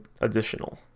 additional